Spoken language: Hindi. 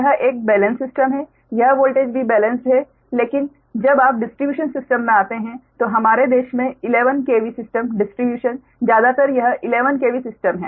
यह एक बेलेंस्ड सिस्टम है यह वोल्टेज भी बेलेंस्ड है लेकिन जब आप डिस्ट्रिब्यूशन सिस्टम में आते हैं तो हमारे देश में 11 KV सिस्टम डिस्ट्रिब्यूशन ज्यादातर यह 11 KV सिस्टम है